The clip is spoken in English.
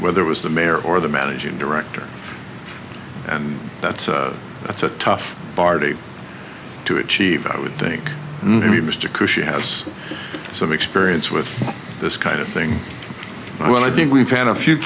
whether it was the mayor or the managing director and that's that's a tough party to achieve i would think mr khushi has some experience with this kind of thing when i think we've had a few